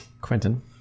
Quentin